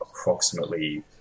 approximately